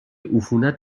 عفونت